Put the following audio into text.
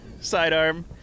Sidearm